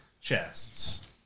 chests